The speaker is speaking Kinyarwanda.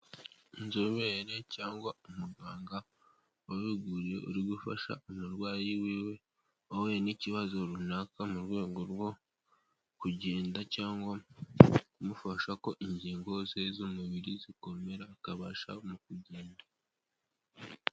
Inzobere cyangwa umuganga wabihuguriwe uri gufasha umurwayi wiwe wahuye n'ikibazo runaka mu rwego rwo kugenda cyangwa kumufasha ko ingingo ze z'umubiri zikomera akabasha mu kugenda.